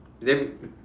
then